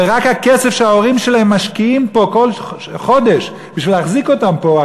ורק הכסף שההורים שלהם משקיעים פה כל חודש בשביל להחזיק אותם פה,